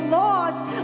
lost